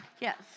yes